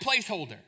placeholder